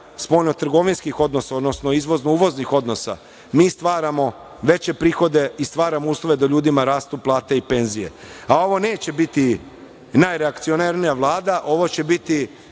spoljno-trgovinskih odnosa, odnosno izvozno-uvoznih odnosa mi stvaramo veće prihode i stvaramo uslove da ljudima rastu plate i penzije. Ovo neće biti najreakcionarnija Vlada. Ovo će biti